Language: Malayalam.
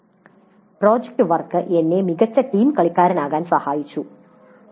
"പ്രോജക്റ്റ് വർക്ക് എന്നെ മികച്ച ടീം കളിക്കാരനാക്കാൻ സഹായിച്ചു"